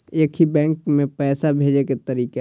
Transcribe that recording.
एक ही बैंक मे पैसा भेजे के तरीका?